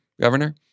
governor